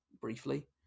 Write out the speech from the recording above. briefly